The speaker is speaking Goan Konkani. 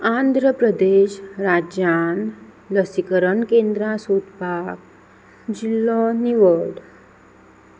आंद्र प्रदेश राज्यांत लसीकरण केंद्रां सोदपाक जिल्लो निवड